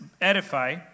edify